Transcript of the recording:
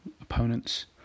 opponents